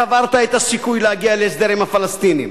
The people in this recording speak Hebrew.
קברת את הסיכוי להגיע להסדר עם הפלסטינים,